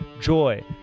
joy